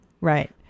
Right